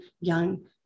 young